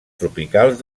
tropicals